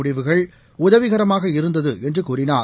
முடிவுகள் உதவிகரமாக இருந்தது என்று கூறினார்